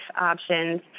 options